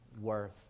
worth